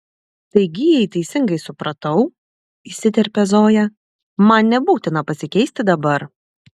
taigi jei teisingai supratau įsiterpia zoja man nebūtina pasikeisti dabar